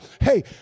Hey